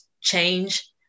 change